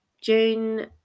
June